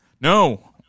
no